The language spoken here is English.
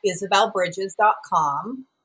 isabelbridges.com